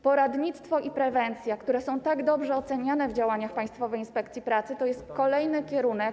Poradnictwo i prewencja, które są tak dobrze oceniane w działaniach Państwowej Inspekcji Pracy, to jest kolejny kierunek.